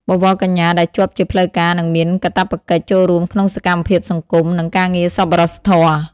បវរកញ្ញាដែលជាប់ជាផ្លូវការនឹងមានកាតព្វកិច្ចចូលរួមក្នុងសកម្មភាពសង្គមនិងការងារសប្បុរសធម៌។